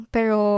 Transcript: Pero